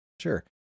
Sure